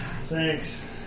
thanks